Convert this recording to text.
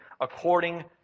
according